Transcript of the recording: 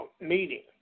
meeting